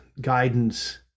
guidance